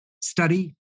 study